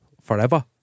forever